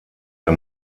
der